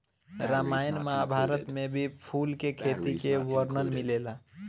रामायण महाभारत में भी फूल के खेती के वर्णन मिलेला